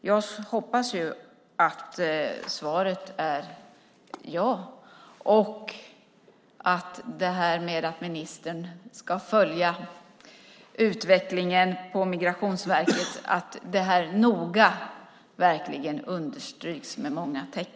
Jag hoppas att svaret är ja och att det här att ministern ska följa utvecklingen på Migrationsverket noga understryks med många streck.